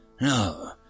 No